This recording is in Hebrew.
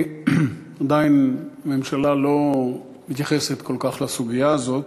עדיין הממשלה לא מתייחסת כל כך לסוגיה הזאת,